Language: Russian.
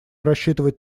рассчитывать